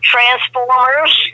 Transformers